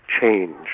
change